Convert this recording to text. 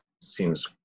seems